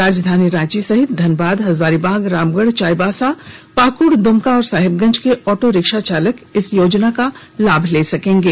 राजधानी रांची सहित धनबाद हजारीबाग रामगढ़ चाईबासा पाकुड़ दुमका और साहेबगंज के ऑटो रिक्शा चालक इस योजना का लाभ ले सकेंगे